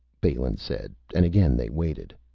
balin said, and again they waited.